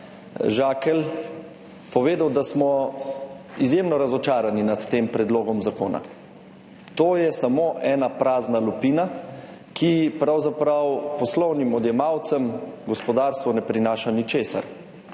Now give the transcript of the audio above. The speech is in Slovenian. Žakelj povedal, da smo izjemno razočarani nad tem predlogom zakona. To je samo ena prazna lupina, ki pravzaprav poslovnim odjemalcem gospodarstvo ne prinaša ničesar.